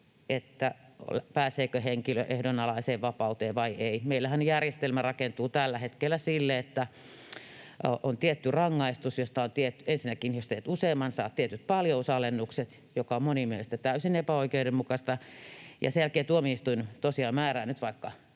pääseekö henkilö ehdonalaiseen vapauteen vai ei. Meillähän järjestelmä rakentuu tällä hetkellä sille, että on tietty rangaistus. Ensinnäkin jos teet useamman, saat tietyt paljousalennukset, mikä on monien mielestä täysin epäoikeudenmukaista, sen jälkeen tuomioistuin tosiaan määrää nyt vaikka